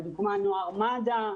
לדוגמא, נוער מד"א,